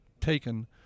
taken